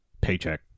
paycheck